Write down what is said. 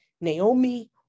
Naomi